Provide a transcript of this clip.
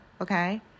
okay